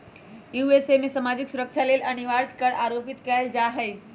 USA में सामाजिक सुरक्षा लेल अनिवार्ज कर आरोपित कएल जा हइ